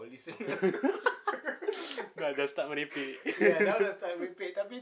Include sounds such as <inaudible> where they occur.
<laughs> dah start merepek